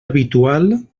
habitual